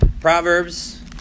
Proverbs